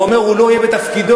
ואומר: הוא לא יהיה בתפקידו.